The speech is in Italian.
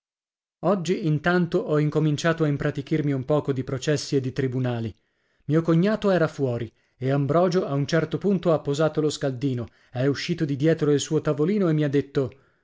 oggi intanto ho incominciato a impratichirmi un poco di processi e di tribunali mio cognato era fuori e ambrogio a un certo punto ha posato lo scaldino è uscito di dietro il suo tavolino e mi ha detto